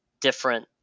different